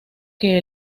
que